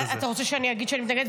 אבל אתה רוצה שאני אגיד שאני מתנגדת,